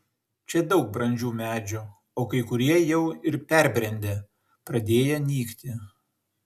čia daug brandžių medžių o kai kurie jau ir perbrendę pradėję nykti